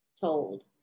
told